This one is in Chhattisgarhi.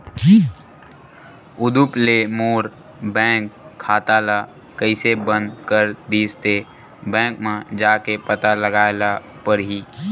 उदुप ले मोर बैंक खाता ल कइसे बंद कर दिस ते, बैंक म जाके पता लगाए ल परही